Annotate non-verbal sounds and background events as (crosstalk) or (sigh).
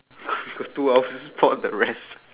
(noise) we got two hours for the rest